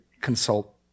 consult